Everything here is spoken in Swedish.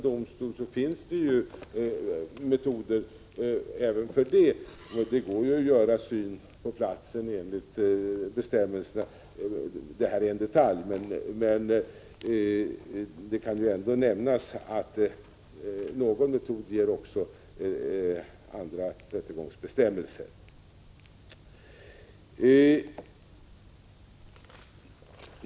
Det går enligt bestämmelserna att göra syn på platsen. Det är en detalj, men det kan ändå nämnas att någon metod ger också andra rättegångsbestämmelser.